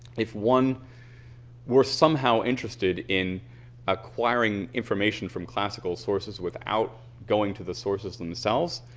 if one were somehow interested in acquiring information from classical sources without going to the sources themselves,